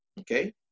okay